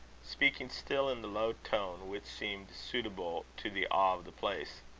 speaking still in the low tone which seemed suitable to the awe of the place.